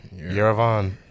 Yerevan